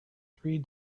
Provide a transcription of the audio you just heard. three